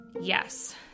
yes